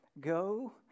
Go